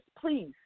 please